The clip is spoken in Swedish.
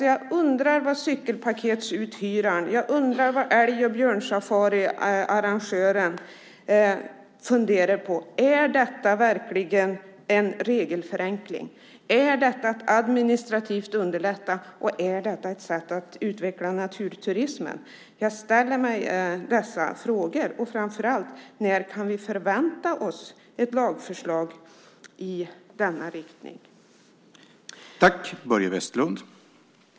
Jag undrar vad cykelpaketsuthyraren och älg och björnsafariarrangören funderar på. Är detta verkligen en regelförenkling? Är detta ett sätt att administrativt underlätta och att utveckla naturturismen? Jag ställer dessa frågor och undrar när vi kan förvänta oss ett lagförslag i denna riktning.